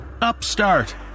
upstart